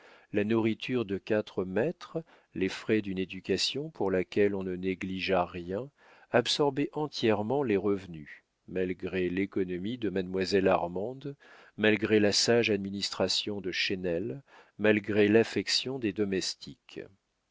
la nourriture de quatre maîtres les frais d'une éducation pour laquelle on ne négligea rien absorbaient entièrement les revenus malgré l'économie de mademoiselle armande malgré la sage administration de chesnel malgré l'affection des domestiques